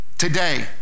Today